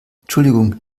entschuldigung